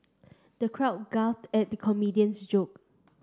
the crowd guffawed at the comedian's joke